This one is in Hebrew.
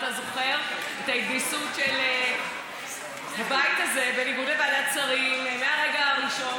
אתה זוכר את ההתגייסות של הבית הזה בניגוד לוועדת שרים מהרגע הראשון?